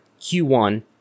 Q1